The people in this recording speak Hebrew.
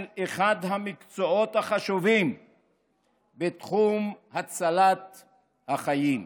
אחד המקצועות החשובים בתחום הצלת החיים.